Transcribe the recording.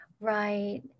Right